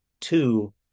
Two